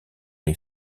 est